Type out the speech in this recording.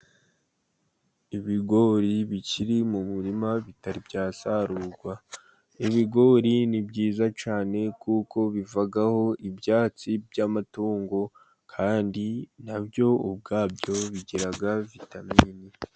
Ibigori bikiri mu murima bitari byasarurwa. Ibigori ni byiza cyane kuko bivaho ibyatsi by'amatungo, kandi na byo ubwabyo bigira vitamini.